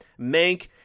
Mank